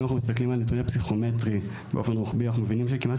אם אנחנו מסתכלים על נתוני פסיכומטרי באופן רוחבי אנחנו מבינים שכמעט